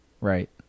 Right